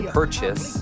purchase